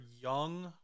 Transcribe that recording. young